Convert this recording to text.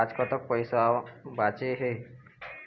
आज कतक पैसा बांचे हे?